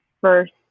first